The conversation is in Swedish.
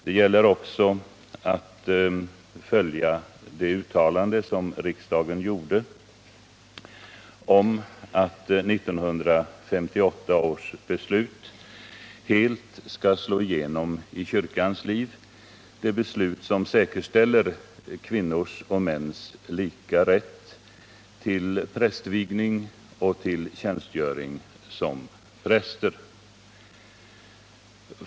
Det gäller också att följa det uttalande som riksdagen gjorde om att 1958 års beslut helt skall slå igenom i kyrkans liv, det beslut som säkerställer kvinnors och mäns lika rätt till prästvigning och till tjänstgöring som präst.